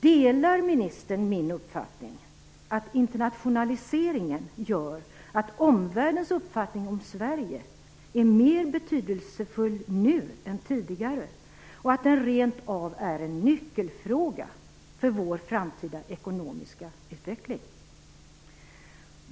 Delar ministern min uppfattning, att internationaliseringen gör att omvärldens uppfattning om Sverige är mer betydelsefull nu än tidigare och att det rent av är en nyckelfråga för vår framtida ekonomiska utveckling?